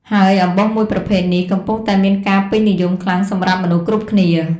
ហើយអំបោសមួយប្រភេទនេះ កំពុងតែមានការពេញនិយមខ្លាំងសម្រាប់មនុស្សគ្រប់គ្នា។